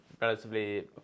relatively